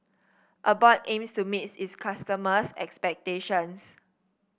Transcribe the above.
Abbott aims to meet its customers' expectations